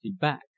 back